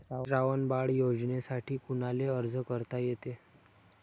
श्रावण बाळ योजनेसाठी कुनाले अर्ज करता येते?